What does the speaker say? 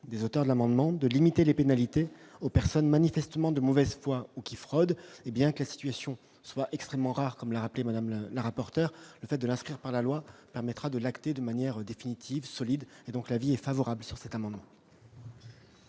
des auteurs de l'amendement de limiter les pénalités aux personnes manifestement de mauvaise foi ou qui fraudent. Bien que la situation soit extrêmement rare, comme l'a rappelé Mme la rapporteur, le fait de l'inscrire dans la loi permettra de l'acter de manière définitive et solide. C'est pourquoi l'avis du Gouvernement est favorable sur cet amendement.